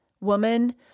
woman